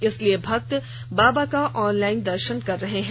इसलिए भक्त बाबा का ऑनलाइन दर्शन कर रहे हैं